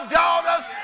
daughters